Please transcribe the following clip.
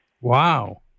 Wow